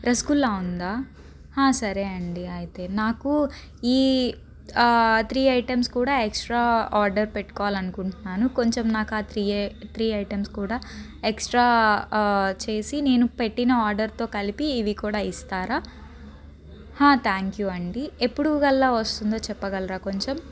రసగుల్లా ఉందా హా సరే అండి అయితే నాకు ఈ ఆ త్రీ ఐటమ్స్ కూడా ఎక్స్ట్రా ఆర్డర్ పెట్టుకోవాలి అనుకుంటున్నాను కొంచెం నాకు ఆ త్రీ త్రీ ఐటమ్స్ కూడా ఎక్స్ట్రా చేసి నేను పెట్టిన ఆర్డర్తో కలిపి ఇవి కూడా ఇస్తారా హా థ్యాంక్ యూ అండి ఎప్పుడు కల్లా వస్తుందో చెప్పగలరా కొంచెం